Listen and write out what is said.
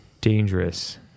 dangerous